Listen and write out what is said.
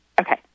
Okay